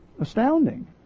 astounding